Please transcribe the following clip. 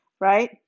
right